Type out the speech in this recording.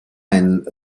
ein